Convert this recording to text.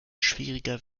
schwieriger